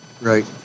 Right